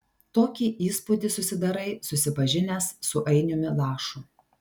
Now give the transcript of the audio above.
tokį įspūdį susidarai susipažinęs su ainiumi lašu